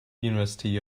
university